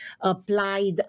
applied